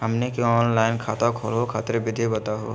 हमनी के ऑनलाइन खाता खोलहु खातिर विधि बताहु हो?